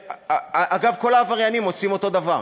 אגב, כל העבריינים עושים אותו דבר,